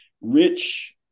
rich